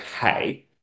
hey